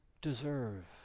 Deserve